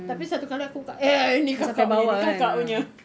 tapi satu kali aku buka ni kakak punya ni kakak punya